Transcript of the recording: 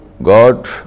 God